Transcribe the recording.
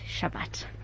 Shabbat